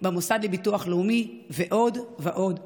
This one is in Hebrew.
במוסד לביטוח לאומי ועוד ועוד ועוד.